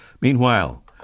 Meanwhile